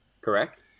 Correct